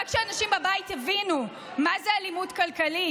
רק כדי שהאנשים בבית יבינו מה זו אלימות כלכלית: